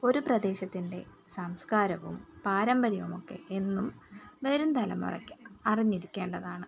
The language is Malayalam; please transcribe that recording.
ഒരു പ്രദേശത്തിൻ്റെ സംസ്കാരവും പാരമ്പര്യവും ഒക്കെ എന്നും വരും തലമുറക്ക് അറിഞ്ഞിരിക്കേണ്ടതാണ്